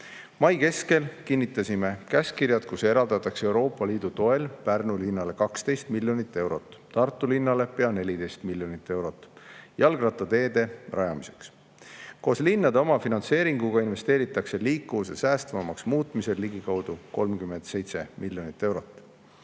Mai keskel kinnitasime käskkirjad, kus eraldatakse Euroopa Liidu toel Pärnu linnale 12 miljonit eurot, Tartu linnale pea 14 miljonit eurot jalgrattateede rajamiseks. Koos linnade omafinantseeringuga investeeritakse liikuvuse säästvamaks muutmiseks ligikaudu 37 miljonit eurot.